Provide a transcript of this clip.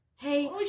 Hey